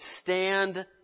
stand